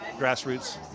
grassroots